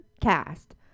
cast